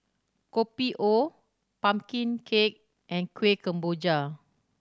Kopi O pumpkin cake and Kueh Kemboja